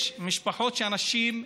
יש משפחות שאנשים,